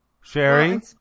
Sherry